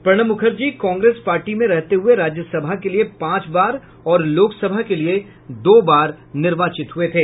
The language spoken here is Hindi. प्रणब मुखर्जी कांग्रेस पार्टी में रहते हुए राज्यसभा के लिये पांच बार और लोकसभा के लिये दो बार निर्वाचित हुए थे